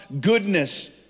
goodness